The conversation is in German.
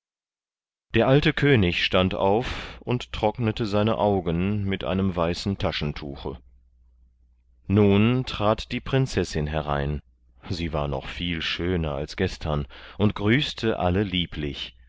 der alte könig stand auf und trocknete seine augen mit einem weißen taschentuche nun trat die prinzessin herein sie war noch viel schöner als gestern und grüßte alle lieblich